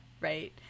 right